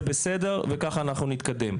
זה בסדר וככה אנחנו נתקדם.